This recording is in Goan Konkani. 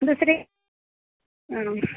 दुसरें